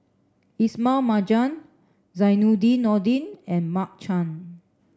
Ismail Marjan Zainudin Nordin and Mark Chan